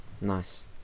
Nice